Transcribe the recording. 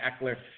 Eckler